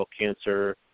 cancer